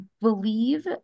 believe